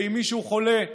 ואם מישהו חולה בירושלים,